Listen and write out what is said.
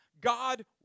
God